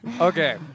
Okay